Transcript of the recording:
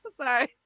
sorry